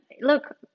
look